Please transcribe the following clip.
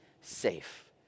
safe